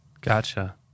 Gotcha